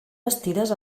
bastides